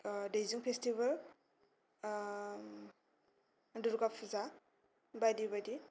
ओ दैजिं फेसटिवेल ओ दुर्गा फुजा बायदि बायदि